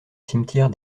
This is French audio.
cimetière